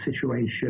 situation